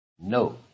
No